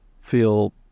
feel